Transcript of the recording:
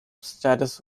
status